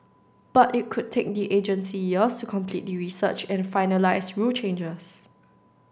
but it could take the agency years to complete the research and finalise rule changes